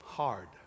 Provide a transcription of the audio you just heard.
hard